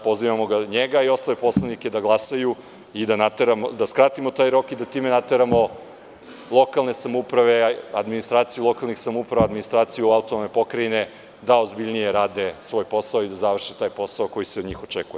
Pozivamo njega i ostale poslanike da glasaju, da skratimo taj rok i da time nateramo lokalne samouprave, administraciju lokalnih samouprava, administraciju AP da ozbiljnije rade svoj posao i da završe taj posao koji se od njih očekuje.